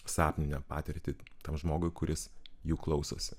sapninę patirtį tam žmogui kuris jų klausosi